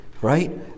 right